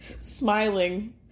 smiling